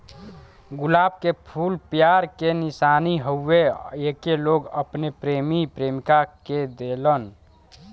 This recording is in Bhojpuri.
गुलाब के फूल प्यार के निशानी हउवे एके लोग अपने प्रेमी प्रेमिका के देलन